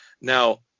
Now